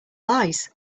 lies